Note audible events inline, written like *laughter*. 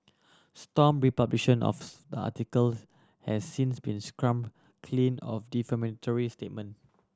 stomp republication of *unintelligible* article has since been scrubbed clean of defamatory statement